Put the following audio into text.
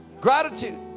Gratitude